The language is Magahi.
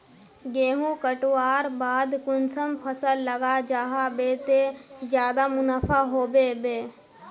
गेंहू कटवार बाद कुंसम फसल लगा जाहा बे ते ज्यादा मुनाफा होबे बे?